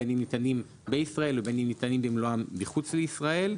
בין אם הם ניתנים בישראל ובין אם הם ניתנים במלואם מחוץ לישראל.